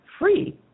free